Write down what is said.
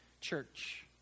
church